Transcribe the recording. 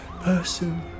person